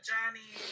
Johnny